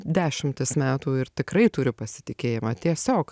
dešimtis metų ir tikrai turi pasitikėjimą tiesiog